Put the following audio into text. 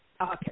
Okay